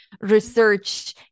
research